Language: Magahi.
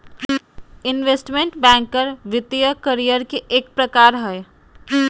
इन्वेस्टमेंट बैंकर वित्तीय करियर के एक प्रकार हय